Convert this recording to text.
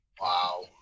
Wow